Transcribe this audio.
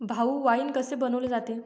भाऊ, वाइन कसे बनवले जाते?